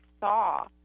saw